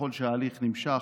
ככל שההליך נמשך,